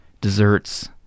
desserts